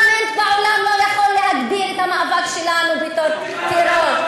ואף פרלמנט בעולם לא יכול להגדיר את המאבק שלנו בתור טרור.